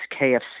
KFC